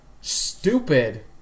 Stupid